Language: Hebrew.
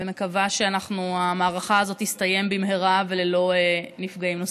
ומקווה שהמערכה הזאת תסתיים במהרה וללא נפגעים נוספים.